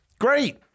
Great